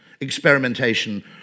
experimentation